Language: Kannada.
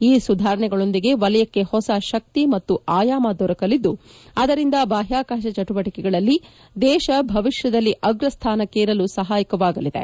ಈ ಸುಧಾರಣೆಗಳೊಂದಿಗೆ ವಲಯಕ್ಕೆ ಹೊಸ ಶಕ್ತಿ ಮತ್ತು ಆಯಾಮ ದೊರಕಲಿದ್ದು ಅದರಿಂದ ಬಾಹ್ಯಾಕಾಶ ಚಟುವಟಿಕೆಗಳಲ್ಲಿ ದೇಶ ಭವಿಷ್ಯದಲ್ಲಿ ಅಗ್ರಸ್ಠಾನಕ್ಕೇರಲು ಸಹಾಯಕವಾಗಲಿದೆ